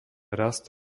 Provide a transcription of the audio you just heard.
rast